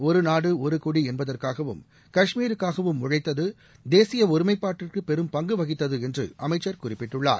ஒருநாடு ஒருகொடி என்பதற்காகவும் காஷ்மீருக்காகவும் உழைத்தது தேசிய ஒருமைப்பாட்டு பெரும் பங்கு வகித்தது என்று அமைச்சர் குறிப்பிட்டுள்ளார்